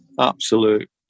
absolute